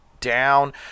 down